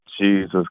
Jesus